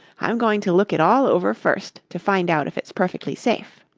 i'm going to look it all over first to find out if it's perfectly safe.